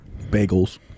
Bagels